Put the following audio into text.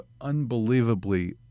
unbelievably